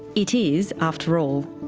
it is after all,